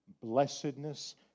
blessedness